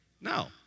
No